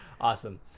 Awesome